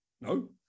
No